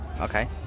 Okay